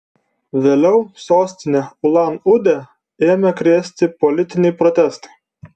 vėliau sostinę ulan udę ėmė krėsti politiniai protestai